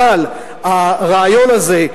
אבל הרעיון הזה,